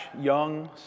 young